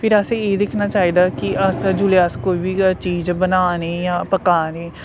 फिर असें एह् दिक्खना चाहिदा की अस जोल्लै असें कोई बी चीज बनानी जां पकानी